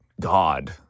god